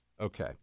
Okay